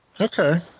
Okay